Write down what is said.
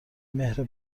مهر